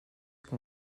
que